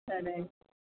సరే అండి